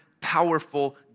powerful